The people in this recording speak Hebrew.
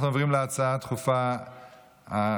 אנחנו עוברים להצעה לסדר-היום דחופה אחרת